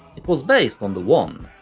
it was based on the one,